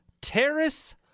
Terrace